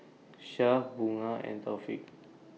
Syah Bunga and Taufik